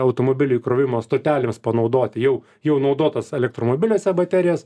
automobilių įkrovimo stotelėms panaudoti jau jau naudotas elektromobiliuose baterijas